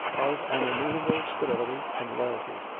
of an immovable stability and loyalty,